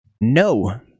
No